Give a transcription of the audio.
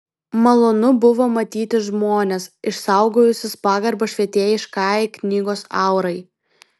malonu buvo matyti žmones išsaugojusius pagarbą švietėjiškajai knygos aurai